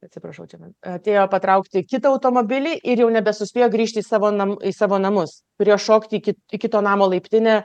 atsiprašau čia atėjo patraukti kitą automobilį ir jau nebesuspėjo grįžti į savo nam į savo namus turėjo šokt į ki į kito namo laiptinę